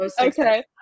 Okay